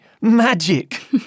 magic